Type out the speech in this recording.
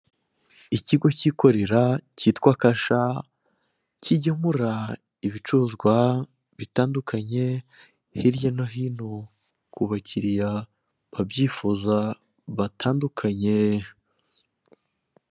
Ikigo kikorera kitwa kasha kigemura, ibicuruzwa, bitandukanye, hirya no hino ku bakiriya babyifuza batandukanye.